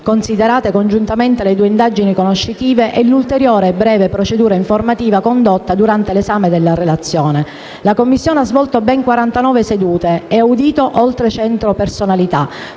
considerate congiuntamente le due indagini conoscitive e l'ulteriore breve procedura informativa condotta durante l'esame della relazione, la Commissione ha svolto ben 49 sedute e audito oltre cento personalità,